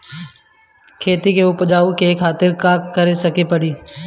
खेत के उपजाऊ के खातीर का का करेके परी?